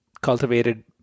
cultivated